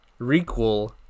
requel